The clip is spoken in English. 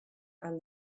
and